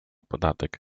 podatek